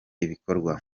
ibikorwa